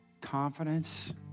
confidence